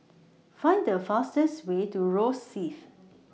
Find The fastest Way to Rosyth